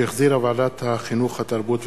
שהחזירה ועדת החינוך, התרבות והספורט.